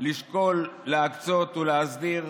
לשקול להקצות ולהסדיר